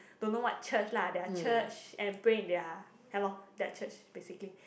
don't know what church lah their church and pray in their ya lor their church basically